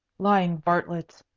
lying varlets!